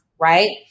right